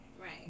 right